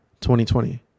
2020